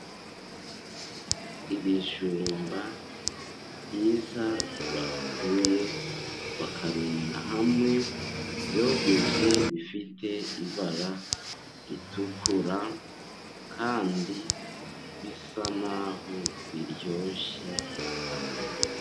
Ibijumba byiza bakuye bakarunda hamwe, byogeje bifite ibara ritukura, kandi bisa n'aho biryoshye cyane.